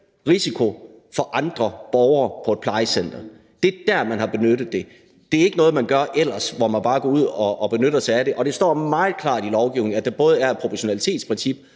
risiko for andre borgere på et plejecenter. Det er der, man har benyttet det. Det er ikke noget, man gør ellers. Man går ikke bare ud og benytter sig af det, og det står meget klart i lovgivningen, at der både er et proportionalitetsprincip